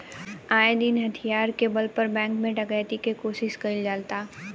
आये दिन हथियार के बल पर बैंक में डकैती के कोशिश कईल जाता